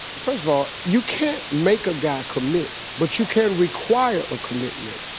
first of all, you can't make a guy commit. but you can require a commitment.